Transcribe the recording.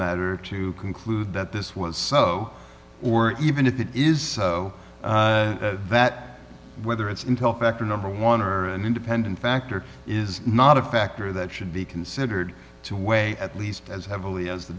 matter to conclude that this was so or even if it is that whether it's intel factor number one are an independent factor is not a factor that should be considered to weigh at least as heavily as the